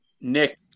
Nick